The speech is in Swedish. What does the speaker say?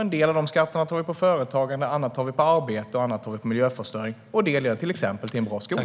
En del av skatterna tar vi in på företagen, andra tar vi in på arbete och miljöförstöring. Detta leder till exempel till en bra skola.